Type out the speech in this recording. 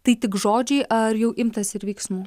tai tik žodžiai ar jau imtasi ir veiksmų